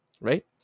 Right